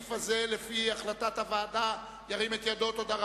הסעיף הזה לפי החלטת הוועדה ל-2009,